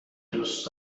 دوست